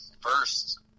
first